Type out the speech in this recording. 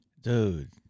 Dude